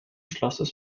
schlosses